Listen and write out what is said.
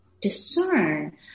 discern